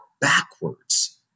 backwards